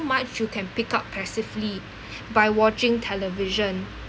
much you can pick up passively by watching television